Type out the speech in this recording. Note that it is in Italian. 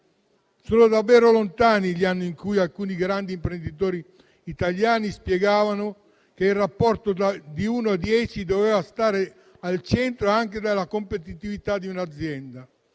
Sono davvero lontani gli anni in cui alcuni grandi imprenditori italiani spiegavano che il rapporto di uno a dieci doveva stare al centro anche della competitività di un'azienda,